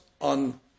on